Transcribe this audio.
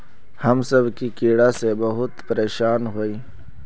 हम सब की कीड़ा से बहुत परेशान हिये?